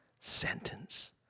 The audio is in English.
sentence